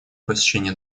посещение